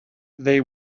they